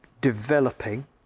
developing